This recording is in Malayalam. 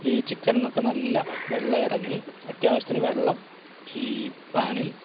ഈ ചിക്കനിൽന്നൊക്കെ നല്ല വെള്ളം ഇറങ്ങി അത്യാവശ്യത്തിന് വെള്ളം ഈ പാനിൽ